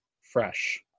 fresh